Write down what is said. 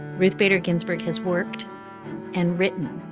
ruth bader ginsburg has worked and written,